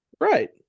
Right